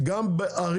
בערים